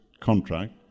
contract